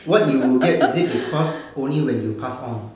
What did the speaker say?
what you will get is it because only when you pass on